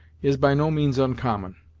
is by no means uncommon.